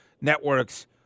networks